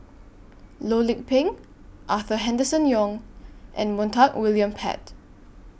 Loh Lik Peng Arthur Henderson Young and Montague William Pett